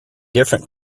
different